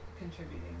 contributing